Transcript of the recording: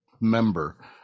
member